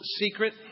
secret